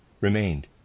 remained